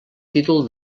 títol